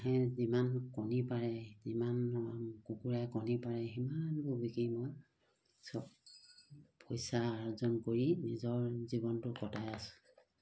হাঁহে যিমান কণী পাৰে যিমান কুকুৰাই কণী পাৰে সিমানবোৰ বিকি মই চব পইচা অৰ্জন কৰি নিজৰ জীৱনটো কটাই আছোঁ